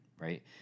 right